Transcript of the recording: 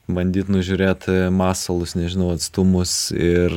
bandyt nužiūrėt masalus nežinau atstumus ir